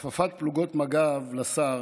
הכפפת פלוגות מג"ב לשר,